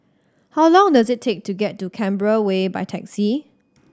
how long does it take to get to Canberra Way by taxi